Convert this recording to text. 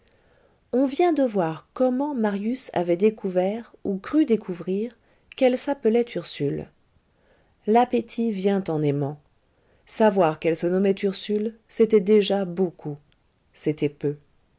on vient de voir comment marius avait découvert ou cru découvrir qu'elle s'appelait ursule l'appétit vient en aimant savoir qu'elle se nommait ursule c'était déjà beaucoup c'était peu